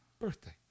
birthday